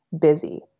busy